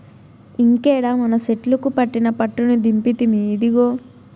ఇంకేడ మనసెట్లుకు పెట్టిన పట్టుని దింపితిమి, ఇదిగో